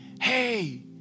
hey